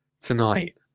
tonight